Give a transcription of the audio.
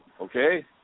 okay